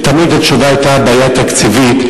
ותמיד התשובה היתה: בעיה תקציבית,